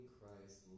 Christ